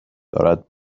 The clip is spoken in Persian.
دارد